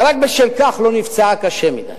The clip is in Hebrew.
ורק בשל כך לא נפצעה קשה מדי.